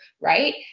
Right